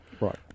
Right